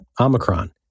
Omicron